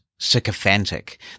sycophantic